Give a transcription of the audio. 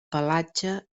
pelatge